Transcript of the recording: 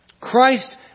Christ